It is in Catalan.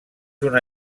una